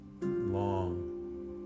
long